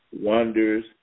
wonders